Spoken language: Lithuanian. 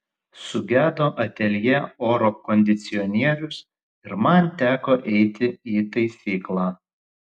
sugedo ateljė oro kondicionierius ir man teko eiti į taisyklą